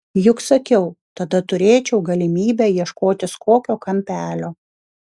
juk sakiau tada turėčiau galimybę ieškotis kokio kampelio